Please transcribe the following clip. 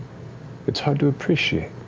it's hard to appreciate